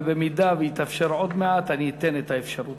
ובמידה שיתאפשר עוד מעט אני אתן את האפשרות.